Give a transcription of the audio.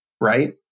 Right